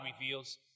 reveals